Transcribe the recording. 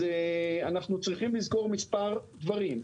אנחנו צריכים לזכור מספר דברים.